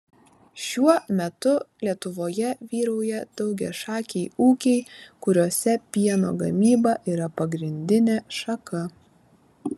šiuo metu lietuvoje vyrauja daugiašakiai ūkiai kuriuose pieno gamyba yra pagrindinė šaka